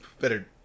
Better